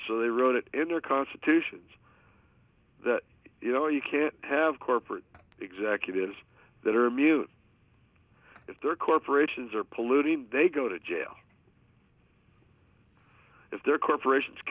so they wrote it in their constitutions that you know you can't have corporate executives that are mute if their corporations are polluting they go to jail if their corporations